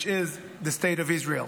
which is the state of Israel.